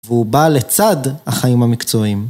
והוא בא לצד החיים המקצועיים.